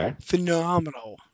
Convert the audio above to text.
phenomenal